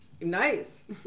Nice